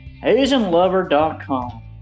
AsianLover.com